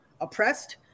oppressed